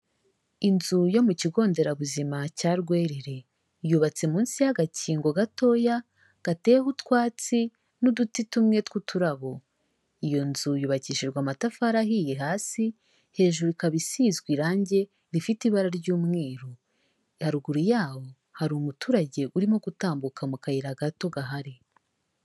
Inzu yo mu kigo nderabuzima cya Rwerere, yubatse munsi y'agakingo gatoya gateyeho utwatsi n'uduti tumwe tw'uturabo, iyo nzu yubakishijwe amatafari ahiye hasi, hejuru ikaba isizwe irangi rifite ibara ry'umweru, haruguru yaho hari umuturage urimo gutambuka mu kayira gato gahari.